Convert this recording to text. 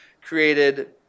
created